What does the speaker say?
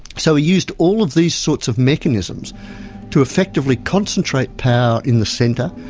so he used all of these sorts of mechanisms to effectively concentrate power in the centre,